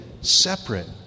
separate